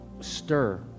stir